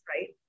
right